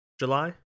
July